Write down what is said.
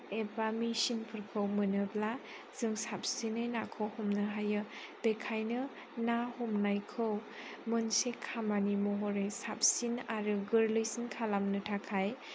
एबा मेसिन फोरखौ मोनोब्ला जों साबसिनै नाखौ हमनो हायो बेनिखायनो ना हमनायखौ मोनसे खामानि महरै साबसिन आरो गोरलैसिन खालामनो थाखाय